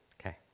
Okay